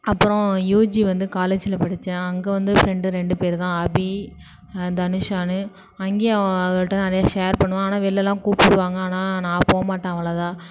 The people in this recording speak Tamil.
அப்புறம் யூஜி வந்து காலேஜ்ஜில் படிச்சேன் அங்கே வந்து ஃப்ரெண்டு ரெண்டுப்பேருதான் அபி தனுஷான்னு அங்கேயும் அவள்கிட்ட நிறையா ஷேர் பண்ணுவேன் ஆனால் வெளிலல்லாம் கூப்பிடுவாங்க ஆனால் நான் போகமாட்டேன் அவளோதா